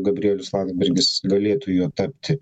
gabrielius landsbergis galėtų juo tapti